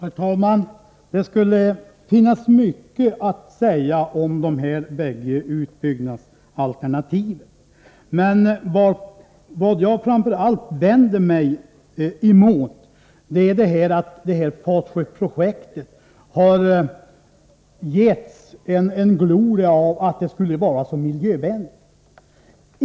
Herr talman! Det skulle finnas mycket att säga om de här bägge utbyggnadsalternativen, men vad jag framför allt vänder mig emot är att Fatsjöprojektet har givits en gloria — det skulle vara så miljövänligt.